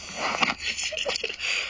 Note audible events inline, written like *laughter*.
*laughs*